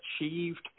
achieved –